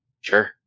Sure